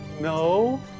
no